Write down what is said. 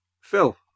Phil